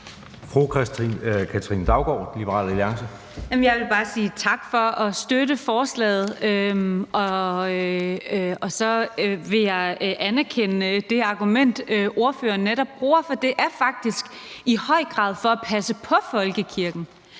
Jeg vil bare sige tak for at støtte forslaget. Og så vil jeg anerkende det argument, som ordføreren netop bruger, for det er faktisk i høj grad for at passe på folkekirken,